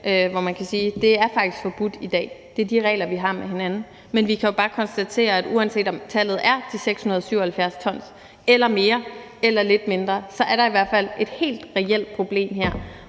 hvor man kan sige, at det faktisk er forbudt i dag – det er de regler, vi har aftalt med hinanden. Men vi kan jo bare konstatere, at uanset om tallet er de 677 t eller mere eller lidt mindre, er der i hvert fald et helt reelt problem her.